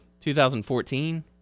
2014